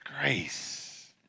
grace